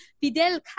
Fidel